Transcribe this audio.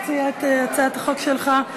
תציע את הצעת החוק שלך,